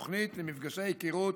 תוכנית למפגשי היכרות